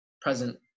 present